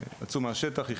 יצאו מהשטח לפני שנים רבות,